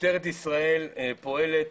משטרת ישראל פועלת,